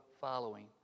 following